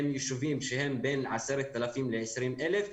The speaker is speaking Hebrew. הם יישובים שהם בין 10,000 ל-20,000.